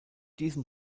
diesem